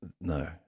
No